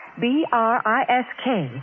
B-R-I-S-K